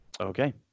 Okay